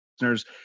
listeners